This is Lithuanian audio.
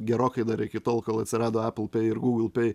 gerokai dar iki tol kol atsirado epl pei ir gūgl pei